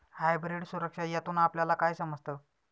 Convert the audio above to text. Hybrid सुरक्षा यातून आपल्याला काय समजतं?